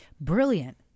brilliant